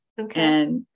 Okay